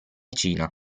cina